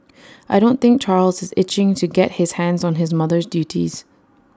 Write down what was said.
I don't think Charles is itching to get his hands on his mother's duties